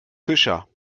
fischer